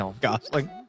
gosling